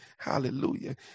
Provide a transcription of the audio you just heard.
Hallelujah